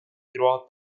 throughout